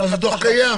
אבל זה דוח קיים.